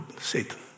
Satan